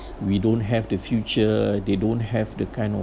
we don't have the future they don't have the kind of